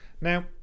Now